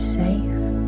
safe